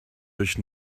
durch